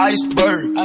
Iceberg